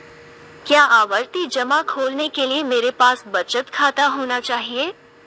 क्या आवर्ती जमा खोलने के लिए मेरे पास बचत खाता होना चाहिए?